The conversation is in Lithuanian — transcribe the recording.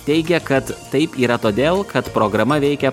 teigia kad taip yra todėl kad programa veikia